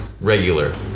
regular